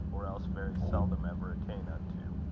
or else very seldom ever attain unto